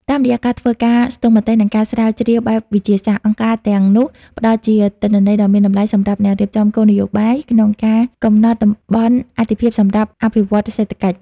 តាមរយៈការធ្វើការស្ទង់មតិ និងការស្រាវជ្រាវបែបវិទ្យាសាស្ត្រ អង្គការទាំងនោះផ្ដល់ជាទិន្នន័យដ៏មានតម្លៃសម្រាប់អ្នករៀបចំគោលនយោបាយ ក្នុងការកំណត់តំបន់អាទិភាពសម្រាប់ការអភិវឌ្ឍសេដ្ឋកិច្ច។